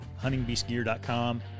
huntingbeastgear.com